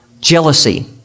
jealousy